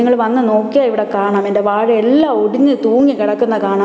നിങ്ങൾ വന്നു നോക്കിയാൽ ഇവിടെ കാണാം എന്റെ വാഴയെല്ലാം ഒടിഞ്ഞു തൂങ്ങിക്കിടക്കുന്നത് കാണാം